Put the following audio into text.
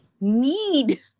need